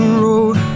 road